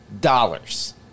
dollars